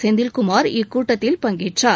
செந்தில்குமார் இக்கூட்டத்தில் பங்கேற்றார்